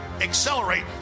accelerate